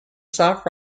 soft